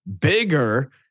bigger